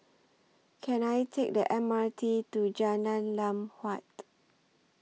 Can I Take The M R T to Jalan Lam Huat